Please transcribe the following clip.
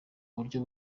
buryo